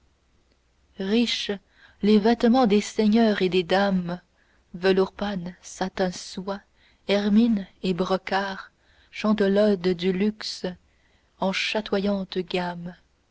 riches les vêtements des seigneurs et des dames velours panne satin soie hermine et brocart chantent l'ode du luxe en chatoyantes gammes